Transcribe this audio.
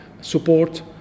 support